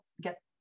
get